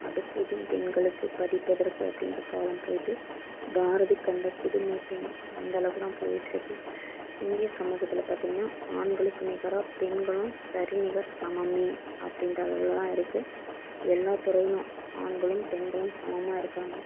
அடுப்பூதும் பெண்களுக்கு படிப்பு எதற்கு அப்படின்ற காலம் போய்ட்டு பாரதி கண்ட புதுமைப் பெண் அந்த அளவுக்கு தான் போய்ட்ருக்கு இந்திய சமூகத்தில் பார்த்தீங்கன்னா ஆண்களுக்கு நிகராக பெண்களும் சரி நிகர் சமமே அப்படின்ற அளவில் தான் இருக்குது எல்லா துறையும் ஆண்களும் பெண்களும் சமமாக இருக்காங்க